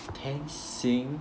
ten sing